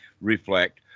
reflect